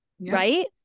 right